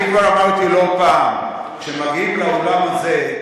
אני כבר אמרתי לא פעם, כשמגיעים לאולם הזה,